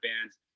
bands